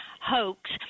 hoax